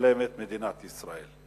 שמשלמת מדינת ישראל.